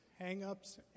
hang-ups